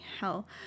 hell